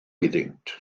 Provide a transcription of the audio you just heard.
iddynt